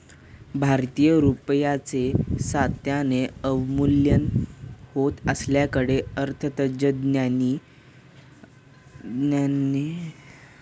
भारतीय रुपयाचे सातत्याने अवमूल्यन होत असल्याकडे अर्थतज्ज्ञांनी लक्ष वेधले